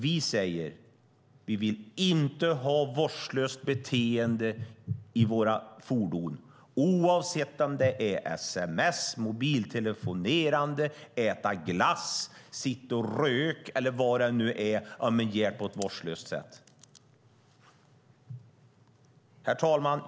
Vi vill inte ha ett vårdslöst beteende i våra fordon oavsett om det handlar om sms-skickande, mobiltelefonerande, glassätande, rökande eller något annat. Herr talman!